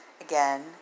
again